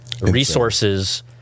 resources